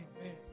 Amen